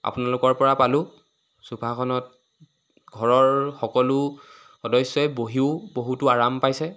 আপোনালোকৰ পৰা পালোঁ চোফাখনত ঘৰৰ সকলো সদস্যই বহিও বহুতো আৰাম পাইছে